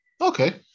Okay